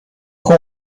con